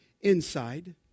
Inside